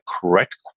correct